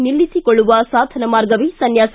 ನಿಲ್ಲಿಸಿಕೊಳ್ಳುವ ಸಾಧನಮಾರ್ಗವೇ ಸನ್ನಾಸ